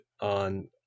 on